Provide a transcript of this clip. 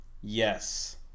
yes